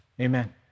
Amen